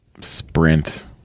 sprint